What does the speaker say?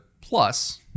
plus